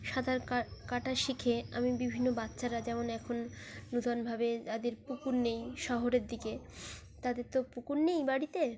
সাঁতার কা কাটা শিখে আমি বিভিন্ন বাচ্চারা যেমন এখন নতুনভাবে যাদের পুকুর নেই শহরের দিকে তাদের তো পুকুর নেই বাড়িতে